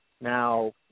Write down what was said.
Now